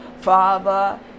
father